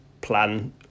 plan